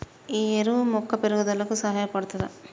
ఈ ఎరువు మొక్క పెరుగుదలకు సహాయపడుతదా?